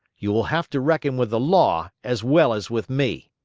you will have to reckon with the law as well as with me.